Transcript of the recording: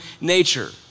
nature